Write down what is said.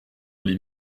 les